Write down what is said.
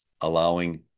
allowing